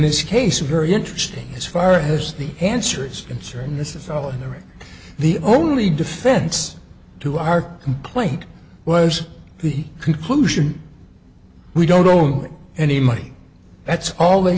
this case are very interesting as far as the answer is concerned this is all in there and the only defense to our complaint was the conclusion we don't own any money that's all they